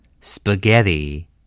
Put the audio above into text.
Spaghetti